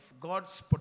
God's